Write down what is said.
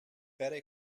pere